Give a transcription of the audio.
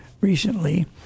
recently